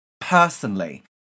personally